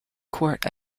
court